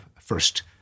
first